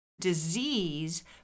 disease